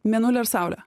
mėnulį ar saulę